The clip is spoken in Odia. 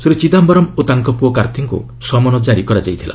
ଶ୍ରୀ ଚିଦାୟରମ ଓ ତାଙ୍କ ପୁଅ କାର୍ତ୍ତୀଙ୍କୁ ସମନ ଜାରି କରାଯାଇଥିଲା